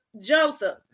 Joseph